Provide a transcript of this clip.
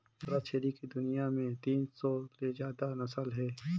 बोकरा छेरी के दुनियां में तीन सौ ले जादा नसल हे